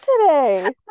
today